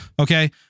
Okay